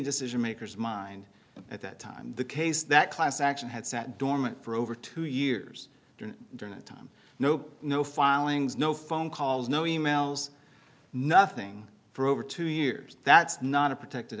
decision makers mind at that time the case that class action had sat dormant for over two years during a time nope no filings no phone calls no e mails nothing for over two years that's not a protected